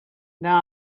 now